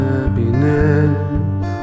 Happiness